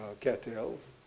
cattails